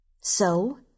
So